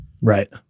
Right